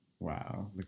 wow